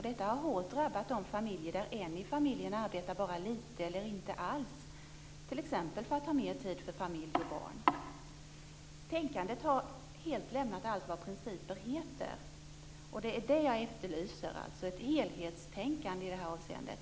Det har hårt drabbat de familjer där en i familjen arbetar bara lite eller inte alls, t.ex. för att ha mer tid för familj och barn. Tänkandet har helt lämnat allt vad principer heter. Vad jag efterlyser är ett helhetstänkande i det här avseendet.